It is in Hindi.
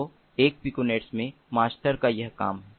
तो एक पिकोनेट में मास्टर का यह काम है